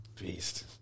Beast